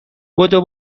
بدو